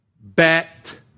Bet